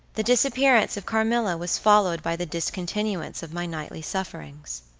the disappearance of carmilla was followed by the discontinuance of my nightly sufferings.